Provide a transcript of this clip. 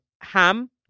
ham